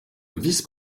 vice